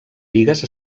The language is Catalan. bigues